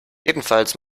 jedenfalls